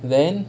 then